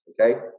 okay